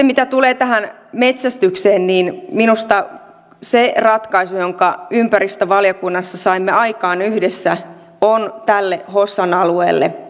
mitä tulee metsästykseen minusta se ratkaisu jonka ympäristövaliokunnassa saimme aikaan yhdessä on tälle hossan alueelle